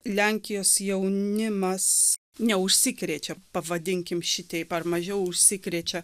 lenkijos jaunimas neužsikrečia pavadinkim šitaip ar mažiau užsikrečia